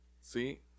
See